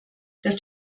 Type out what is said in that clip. das